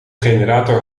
generator